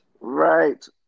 Right